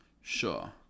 Sure